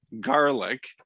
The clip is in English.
garlic